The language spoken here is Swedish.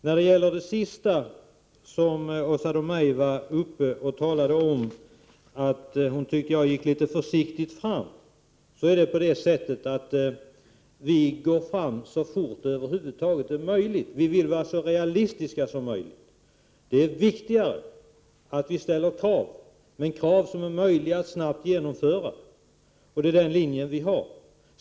Åsa Domeij sade mot slutet av sitt anförande att hon tyckte att jag gick litet försiktigt fram. Det är på det sättet att vi moderater går fram så fort som det över huvud taget är möjligt. Vi vill vara så realistiska som möjligt. Det viktiga är att vi ställer krav som är möjliga att snabbt tillgodose — det är vår linje.